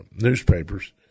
newspapers